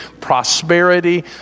prosperity